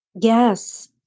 Yes